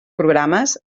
programes